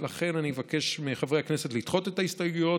לכן אבקש מחברי הכנסת לדחות את ההסתייגויות